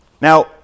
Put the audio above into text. Now